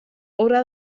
haurà